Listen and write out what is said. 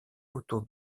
autour